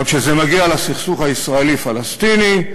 אבל כשזה מגיע לסכסוך הישראלי פלסטיני,